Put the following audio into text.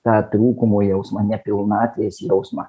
tą trūkumo jausmą ne pilnatvės jausmą